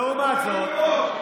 לעומת זאת,